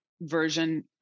version